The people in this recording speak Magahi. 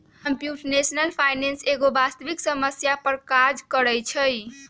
कंप्यूटेशनल फाइनेंस एगो वास्तविक समस्या पर काज करइ छै